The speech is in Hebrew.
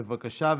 בבקשה,